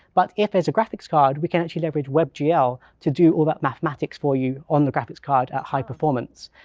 but if there's a graphics card, we can actually leverage webgl to do all that mathematics for you on the graphics card at high performance.